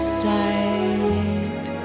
sight